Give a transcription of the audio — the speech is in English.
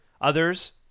Others